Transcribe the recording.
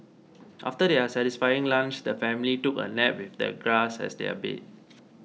after their satisfying lunch the family took a nap with the grass as their bed